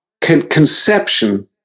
conception